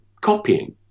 copying